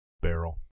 barrel